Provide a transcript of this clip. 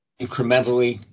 incrementally